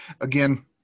Again